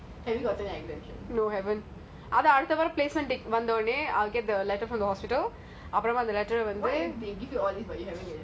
are you actually leaving are you have you gotten the exemptions